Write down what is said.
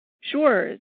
Sure